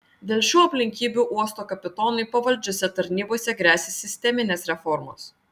dėl šių aplinkybių uosto kapitonui pavaldžiose tarnybose gresia sisteminės reformos